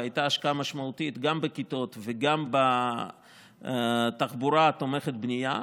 והייתה השקעה משמעותית גם בכיתות וגם בתחבורה תומכת בנייה,